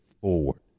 forward